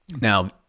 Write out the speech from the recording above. Now